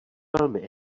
velmi